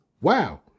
Wow